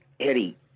Eddie